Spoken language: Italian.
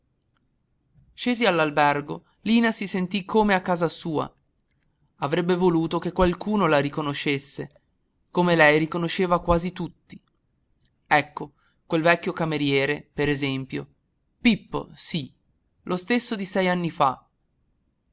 scesi all'albergo lina si sentì come a casa sua avrebbe voluto che qualcuno la riconoscesse come lei riconosceva quasi tutti ecco quel vecchio cameriere per esempio pippo sì lo stesso di sei anni fa